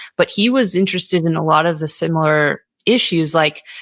but he was interested in a lot of the similar issues like,